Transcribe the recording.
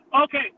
Okay